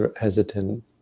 hesitant